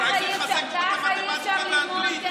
אולי זה יחזק גם את המתמטיקה והאנגלית.